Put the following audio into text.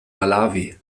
malawi